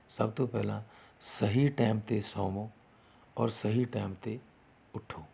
ਸਭ ਤੋਂ ਪਹਿਲਾਂ ਸਹੀ ਟਾਈਮ 'ਤੇ ਸੌਵੋ ਔਰ ਸਹੀ ਟਾਈਮ 'ਤੇ ਉੱਠੋ